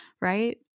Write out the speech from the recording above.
Right